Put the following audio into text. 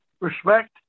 Respect